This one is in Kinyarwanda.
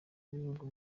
b’ibihugu